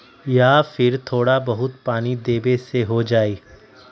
या फिर थोड़ा बहुत पानी देबे से हो जाइ?